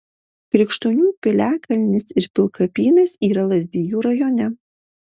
krikštonių piliakalnis ir pilkapynas yra lazdijų rajone